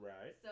Right